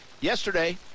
Yesterday